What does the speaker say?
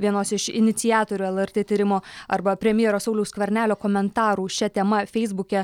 vienos iš iniciatorių lrt tyrimo arba premjero sauliaus skvernelio komentarų šia tema feisbuke